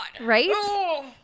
Right